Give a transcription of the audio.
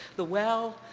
the well,